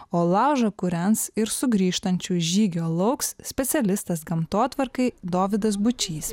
o laužą kūrens ir sugrįžtančio žygio lauks specialistas gamtotvarkai dovydas bučys